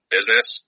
Business